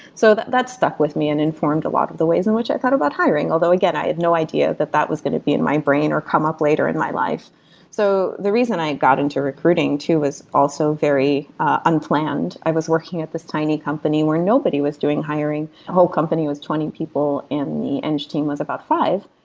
so that that stuck with me and informed a lot of the ways in which i thought about hiring, although again, i had no idea that that was going to be in my brain or come up later in my life so the reason i got into recruiting too was also very unplanned. i was working at this tiny company where nobody was doing hiring. the whole company was twenty people and the engg team was about five.